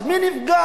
אז מי נפגע?